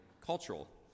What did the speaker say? cultural